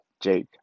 Jake